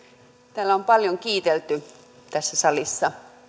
täällä on paljon kiitelty tässä salissa